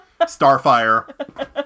Starfire